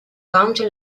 county